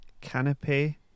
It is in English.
Canopy